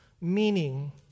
meaning